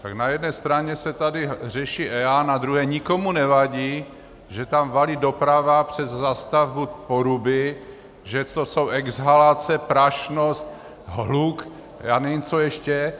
Tak na jedné straně se tady řeší EIA a na druhé nikomu nevadí, že tam valí doprava přes zástavbu Poruby, že to jsou exhalace, prašnost, hluk, já nevím, co ještě.